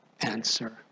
answer